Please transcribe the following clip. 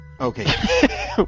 Okay